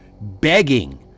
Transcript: begging